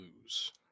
lose